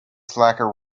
slacker